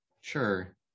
sure